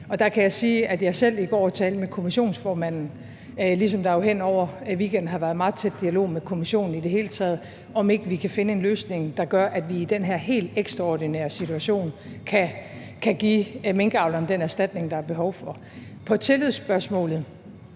er. Der kan jeg sige, at jeg selv i går talte med kommissionsformanden, ligesom der hen over weekenden har været en meget tæt dialog med Kommissionen i det hele taget om, om vi ikke kan finde en løsning, der gør, at vi i den her helt ekstraordinære situation kan give minkavlerne den erstatning, der er behov for. Til tillidsspørgsmålet: